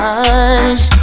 eyes